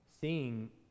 seeing